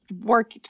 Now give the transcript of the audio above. work